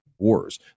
wars